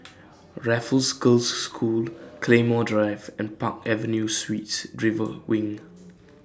Raffles Girls' School Claymore Drive and Park Avenue Suites River Wing